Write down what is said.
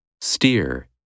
Steer